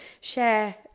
share